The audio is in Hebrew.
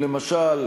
למשל,